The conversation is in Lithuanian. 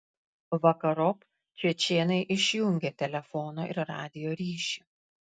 vakarop čečėnai išjungė telefono ir radijo ryšį